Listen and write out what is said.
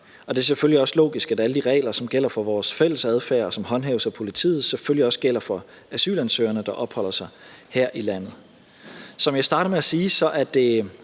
Det er selvfølgelig også logisk, at alle de regler, som gælder for vores fælles adfærd, og som håndhæves af politiet, selvfølgelig også gælder for asylansøgerne, der opholder sig her i landet. Som jeg startede med at sige, er det